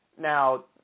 Now